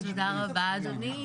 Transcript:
תודה רבה, אדוני.